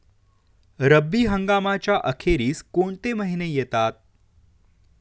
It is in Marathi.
रब्बी हंगामाच्या अखेरीस कोणते महिने येतात?